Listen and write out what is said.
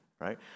right